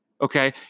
okay